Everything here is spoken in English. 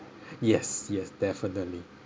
yes yes definitely